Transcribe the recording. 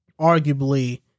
arguably